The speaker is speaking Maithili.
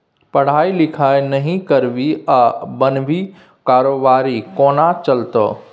पढ़ाई लिखाई नहि करभी आ बनभी कारोबारी कोना चलतौ